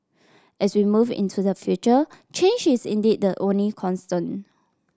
as we move into the future change is indeed the only constant